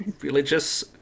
religious